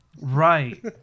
Right